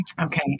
Okay